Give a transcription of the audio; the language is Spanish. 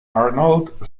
arnold